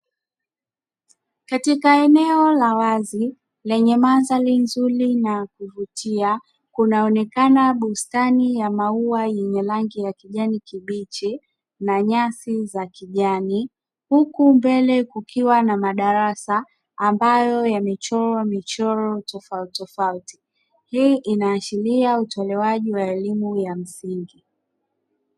Katika eneo la wazi lenye mandhari nzuri na kuvutia, kunaonekana bustani ya maua yenye rangi ya kijani kibichi na nyasi za kijani. Huku mbele kukiwa na madarasa ambayo yamechorwa michoro tofauti tofauti. Hii inaashiria utolewaji wa elimu ya msingi.